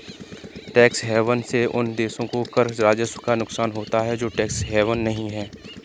tax haven से उन देशों को कर राजस्व का नुकसान होता है जो टैक्स हेवन नहीं हैं